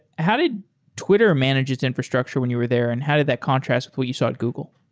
how did twitter manage its infrastructure when you were there and how did that contrast with what you saw at google?